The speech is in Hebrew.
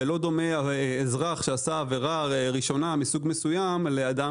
ולא דומה אזרח שעשה עבירה ראשונה מסוג מסוים לאדם